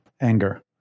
anger